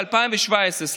ב-2017,